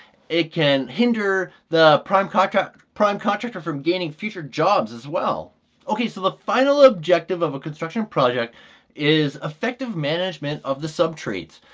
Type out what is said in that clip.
it can hinder the prime contract prime contractor from gaining future jobs as well okay so the final objective of a construction project is effective management of the sub trades.